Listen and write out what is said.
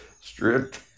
stripped